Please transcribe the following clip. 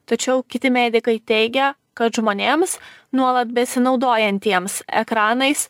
tačiau kiti medikai teigia kad žmonėms nuolat besinaudojantiems ekranais